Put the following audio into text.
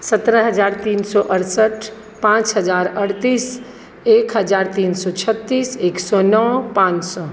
सत्रह हजार तीन सए अड़सठि पाँच हजार अड़तीस एक हजार तीन सए छत्तीस एक सए नओ पाँच सए